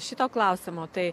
šito klausimo tai